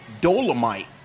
Dolomite